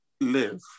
live